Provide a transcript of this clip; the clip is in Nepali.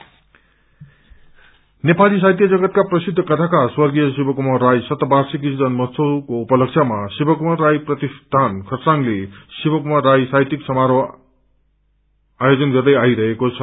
प्रतिष्ठान नेपाली साहितय जगतका प्रसिद्ध कथाकार स्वर्गीय शिव कुमार राई शतिर्षिकी जन्मोत्सव को उपलक्ष्यमा शिव कुमार राई प्रतिष्ठान खरसाङले शिवकुमार राई साहित्यिक समारोह आयोजन गर्दै आइरहेको छ